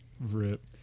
RIP